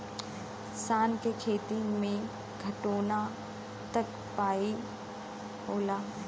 शान के खेत मे घोटना तक पाई होला